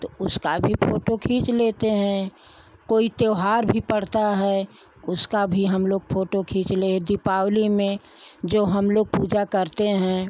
तो उसका भी फ़ोटो खींच लेते हैं कोई त्यौहार भी पड़ता है उसका भी हम लोग फ़ोटो खींच रहें दीपावली में जो हम लोग पूजा करते हैं